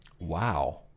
Wow